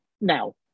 now